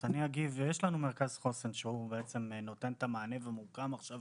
יש לנו מרכז חוסן שנותן את המענה ומוקם עכשיו